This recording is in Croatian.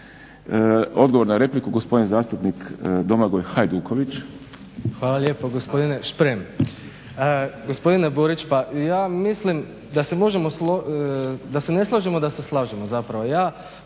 Odgovor na repliku, gospodin zastupnik Domagoj Hajduković. **Hajduković, Domagoj (SDP)** Hvala lijepo gospodine Šprem. Gospodine Burić, pa ja mislim da se ne slažemo, da se slažemo zapravo.